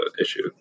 issue